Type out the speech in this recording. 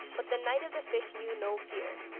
but the knight of the fish knew no fear,